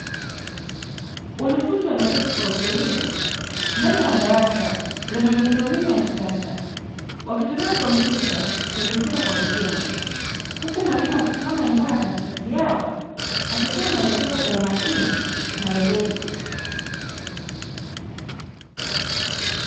Wanafunzi wameketi kwa utulivu ndani ya darasa lenye miundombinu ya kisasa, wakitumia kompyuta kujifunza kwa vitendo huku mwalimu akisimama imara katikati yao akitoa maelezo kwa umakini na weledi.